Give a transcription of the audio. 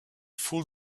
fool